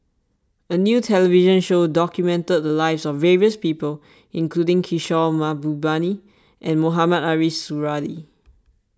A new television show documented the lives of various people including Kishore Mahbubani and Mohamed Ariff Suradi